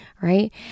right